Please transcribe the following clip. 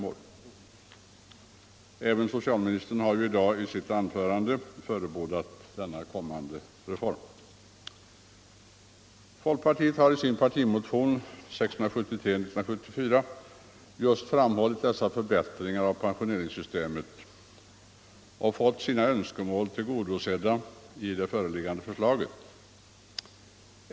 Även socialministern har i sitt anförande i dag förebådat denna kommande reform. 13 Folkpartiet har i sin partimotion nr 673 år 1974 just framhållit angelägenheten av dessa båda förbättringar av pensioneringssystemet och fått sina önskemål tillgodosedda i det föreliggande förslaget.